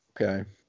okay